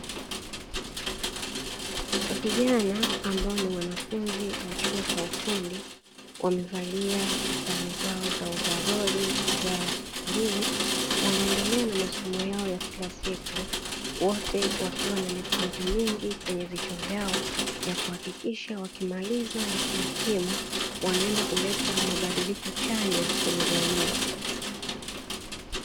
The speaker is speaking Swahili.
Vijana ambao ni wanafunzi wa chuo cha ufundi wamevalia sare zao za ovaroli za bluu, wanaendelea na masomo yao ya kila siku wote wakiwa na mipango mingi kwenye vichwa vyao ya kuhakikisha wakimaliza na hitimu wanaenda kuleta mabadiliko chanya kwenye jamii.